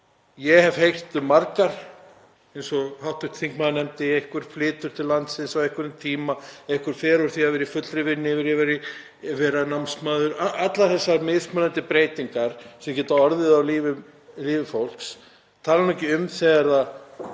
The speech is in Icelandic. Ég hef heyrt margar, eins og hv. þingmaður nefndi; einhver flytur til landsins á einhverjum tíma, einhver fer úr því að vera í fullri vinnu yfir í að vera námsmaður, allar þessar mismunandi breytingar sem geta orðið á lífi fólks, ég tala nú ekki um þegar það